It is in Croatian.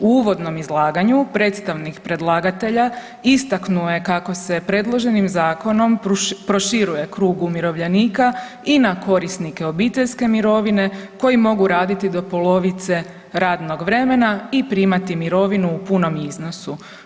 U uvodnom izlaganju predstavnik predlagatelja istaknuo je kako se predloženim zakonom proširuje krug umirovljenika i na korisnike obiteljske mirovine koji mogu raditi do polovice radnog vremena i primati mirovinu u punom iznosu.